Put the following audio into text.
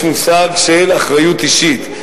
יש מושג של אחריות אישית.